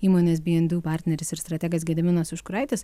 įmonės be and do partneris ir strategas gediminas užkuraitis